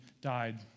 died